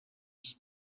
iki